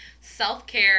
self-care